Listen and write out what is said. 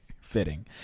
Fitting